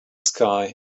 sky